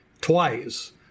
twice